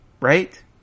right